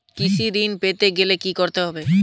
কৃষি ঋণ পেতে গেলে কি করতে হবে?